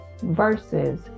versus